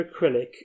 acrylic